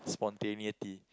spontaneity